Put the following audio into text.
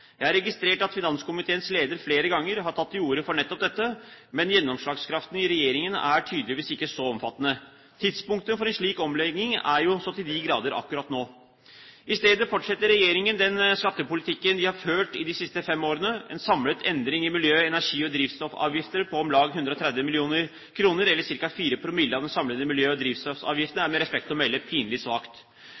Jeg har registrert at finanskomiteens leder flere ganger har tatt til orde for nettopp dette, men gjennomslagskraften i regjeringen er tydeligvis ikke så omfattende. Tidspunktet for en slik omlegging er jo så til de grader akkurat nå. I stedet fortsetter regjeringen den skattepolitikken de har ført i de siste fem årene. En samlet endring i miljø-, energi- og drivstoffavgifter på om lag 130 mill. kr, eller ca. 4 promille av de samlede miljø- og drivstoffsavgifter, er med respekt å melde pinlig svakt.